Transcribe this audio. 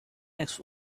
next